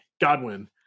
Godwin